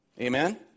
Amen